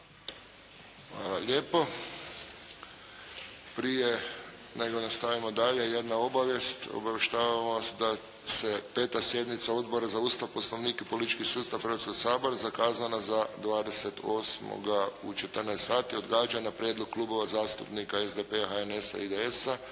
lijepo. Prije nego nastavimo dalje, jedna obavijest. Obavještavamo vas da se 5. sjednica Odbora za Ustav, Poslovnik i politički sustav Hrvatskoga sabora zakazana za 28. u 14 sati, odgađa na prijedlog Klubova zastupnika SDP-a, HNS-a, IDS-a,